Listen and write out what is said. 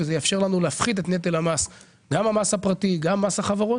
מה שיאפשר לנו להפחית את נטל המס הפרטי ומס החברות.